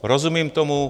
Rozumím tomu.